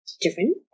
different